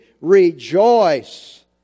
rejoice